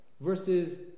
Versus